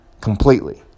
completely